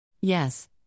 Yes